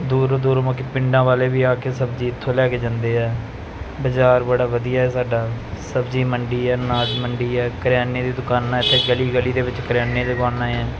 ਦੂਰੋਂ ਦੂਰੋਂ ਮਲਕੀ ਪਿੰਡਾਂ ਵਾਲੇ ਵੀ ਆ ਕੇ ਸਬਜ਼ੀ ਇੱਥੋਂ ਲੈ ਕੇ ਜਾਂਦੇ ਆ ਬਾਜ਼ਾਰ ਬੜਾ ਵਧੀਆ ਸਾਡਾ ਸਬਜ਼ੀ ਮੰਡੀ ਅਨਾਜ ਮੰਡੀ ਹੈ ਕਰਿਆਨੇ ਦੀ ਦੁਕਾਨਾਂ ਇੱਥੇ ਗਲੀ ਗਲੀ ਦੇ ਵਿੱਚ ਕਰਿਆਨੇ ਦੀਆਂ ਦੁਕਾਨਾਂ ਹੈ